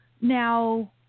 Now